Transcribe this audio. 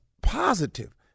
positive